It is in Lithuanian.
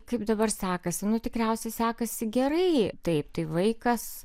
kaip dabar sekasi nu tikriausiai sekasi gerai taip tai vaikas